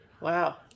Wow